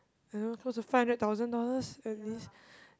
I don't know close to five hundred thousand dollars at least